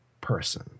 person